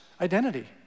identity